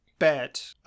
Bet